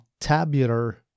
tabular